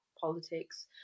politics